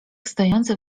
stojący